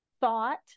thought